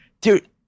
dude